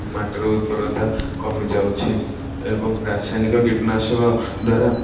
ମାଟିର ଉର୍ବରତା କମିଯାଉଛି ଏବଂ ରାସାୟନିକ କୀଟନାଶକ ଦ୍ୱାରା